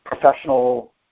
professional